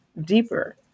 deeper